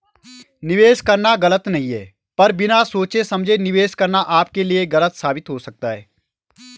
निवेश करना गलत नहीं है पर बिना सोचे समझे निवेश करना आपके लिए गलत साबित हो सकता है